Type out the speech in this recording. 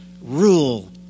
rule